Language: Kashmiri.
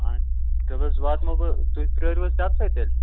آ تیٚلہِ حظ واتہٕ مَو بہٕ تُہۍ پرٲروا حظ تَتسٕے تیلہِ